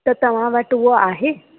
त तव्हां वटि उहो आहे